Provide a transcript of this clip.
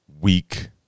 week